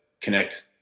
connect